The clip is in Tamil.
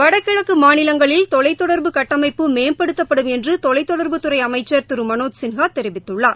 வடகிழக்குமாநிலங்களில் தொலைத் தொடர்பு கட்டமைப்பு மேம்படுத்தப்படும் என்றுதொலைத் தொடர்புத்துறைஅமைச்சர் திருமனோஜ் சின்ஹாதெரிவித்துள்ளார்